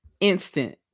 instant